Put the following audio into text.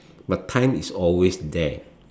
but time is always there